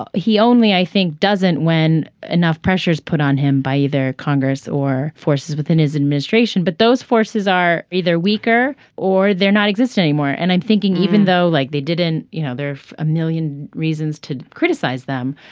but he only i think doesn't when enough pressure is put on him by either congress or forces within his administration. but those forces are either weaker or they're not exist anymore. and i'm thinking even though like they didn't you know there are a million reasons to criticize them.